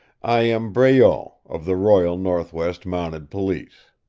i am breault, of the royal northwest mounted police.